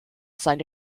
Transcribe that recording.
seine